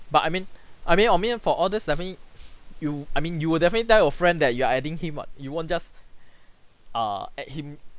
but I mean I mean I mean for all this definitely you I mean you will definitely tell your friend that you are adding him [what] you won't just err add him